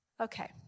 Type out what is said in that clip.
Okay